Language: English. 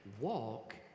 walk